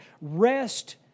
rest